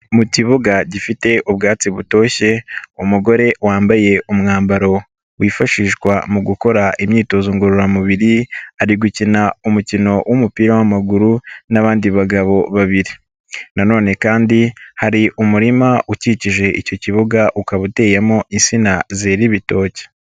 Mu kibuga gifite ubwatsi butoshye umugore wambaye umwambaro wifashishwa mu gukora imyitozo ngororamubiri ari gukina umukino w'umupira w'amaguru n'abandi bagabo babiri, nanone kandi hari umurima ukikije icyo kibuga ukaba uteyemo insina zera ibitoki.